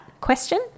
question